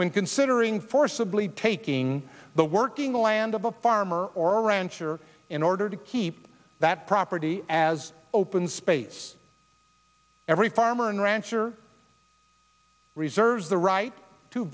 when considering forcibly taking the working land of a farmer or rancher in order to keep that property as open space every farmer and rancher reserves the right to